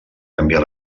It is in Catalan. canviar